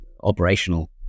operational